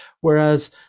Whereas